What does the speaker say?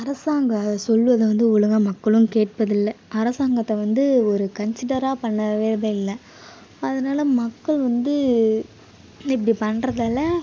அரசாங்கம் சொல்வதை வந்து ஒழுங்கா மக்களும் கேட்பதில்லை அரசாங்கத்தை வந்து ஒரு கன்ஸிடரே பண்ணுறதே இல்லை அதனால் மக்கள் வந்து இப்படி பண்ணுறதால